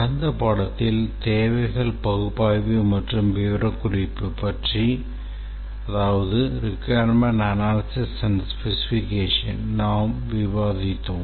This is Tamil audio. கடந்த பாடத்தில் தேவைகள் பகுப்பாய்வு மற்றும் விவரக்குறிப்பு பற்றி நாம் விவாதித்தோம்